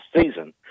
season